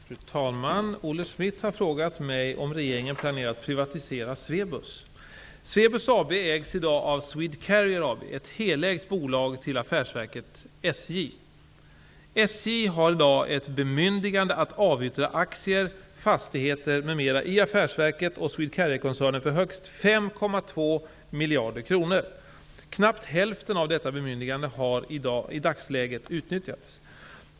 Fru talman! Olle Schmidt har frågat mig om regeringen planerar att privatisera Swebus. SJ har i dag ett bemyndigande att avyttra aktier, fastigheter m.m. i affärsverket och Swedcarrierkoncernen för högst 5,2 miljarder kronor. Knappt hälften av detta bemyndigande har i dagsläget utnyttjats.